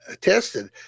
tested